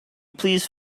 please